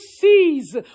sees